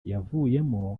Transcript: yavuyemo